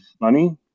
money